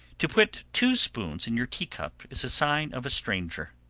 to put two spoons in your teacup is a sign of a stranger.